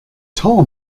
tall